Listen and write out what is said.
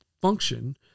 function